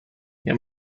nie